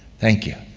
thank you.